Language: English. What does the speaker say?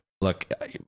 look